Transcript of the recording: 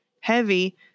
heavy –